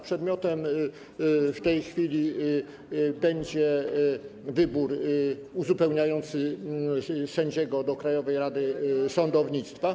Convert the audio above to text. Przedmiotem w tej chwili będzie wybór uzupełniający sędziego do Krajowej Rady Sądownictwa.